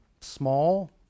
small